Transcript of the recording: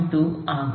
2 ஆகும்